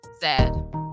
Sad